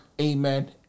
amen